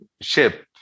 ship